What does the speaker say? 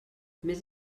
més